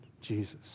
Jesus